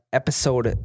episode